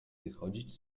wychodzić